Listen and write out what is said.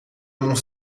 mont